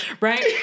right